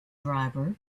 driver